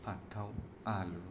फानथाव आलु